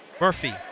Murphy